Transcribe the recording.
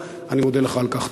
אני מודה לך על כך.